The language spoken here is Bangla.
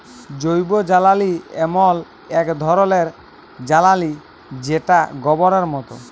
জৈবজ্বালালি এমল এক ধরলের জ্বালালিযেটা গবরের মত